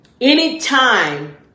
anytime